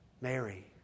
Mary